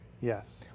Yes